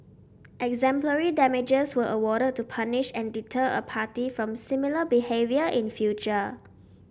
exemplary damages were awarded to punish and deter a party from similar behaviour in future